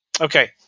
Okay